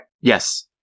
Yes